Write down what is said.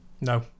No